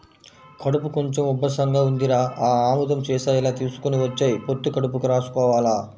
కడుపు కొంచెం ఉబ్బసంగా ఉందిరా, ఆ ఆముదం సీసా ఇలా తీసుకొని వచ్చెయ్, పొత్తి కడుపుకి రాసుకోవాల